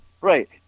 Right